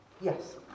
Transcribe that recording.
Yes